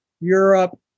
Europe